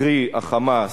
קרי ה"חמאס",